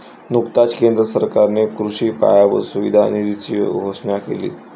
नुकताच केंद्र सरकारने कृषी पायाभूत सुविधा निधीची घोषणा केली